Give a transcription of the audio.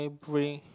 bring